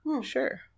sure